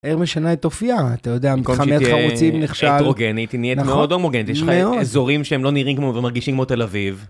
העיר משנה את אופיה, אתה יודע, מקום של חמוצים נכשל... התרוגנית, היא נהיית מאוד הומוגנית , יש לך אזורים שהם לא נראים כמו, ומרגישים כמו תל אביב.